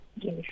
Yes